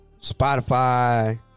Spotify